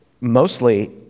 mostly